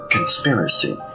Conspiracy